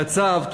בצו,